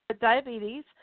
diabetes